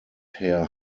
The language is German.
herr